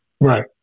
Right